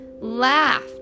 Laughed